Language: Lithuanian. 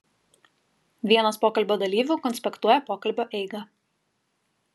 vienas pokalbio dalyvių konspektuoja pokalbio eigą